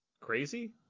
Crazy